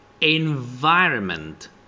Environment